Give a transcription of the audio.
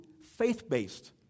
faith-based